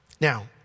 Now